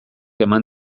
eman